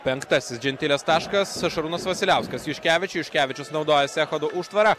penktasis džentilės taškas šarūnas vasiliauskas juškevičiui juškevičius naudojasi echodo užtvara